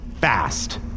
fast